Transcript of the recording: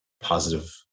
positive